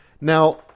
Now